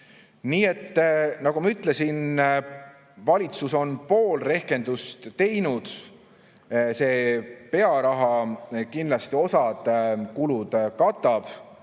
Nii et nagu ma ütlesin, valitsus on pool rehkendust teinud, see pearaha kindlasti osa kulusid katab.